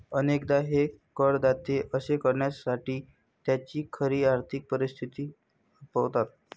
अनेकदा हे करदाते असे करण्यासाठी त्यांची खरी आर्थिक परिस्थिती लपवतात